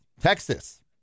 Texas